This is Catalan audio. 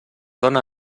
dóna